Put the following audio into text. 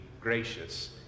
gracious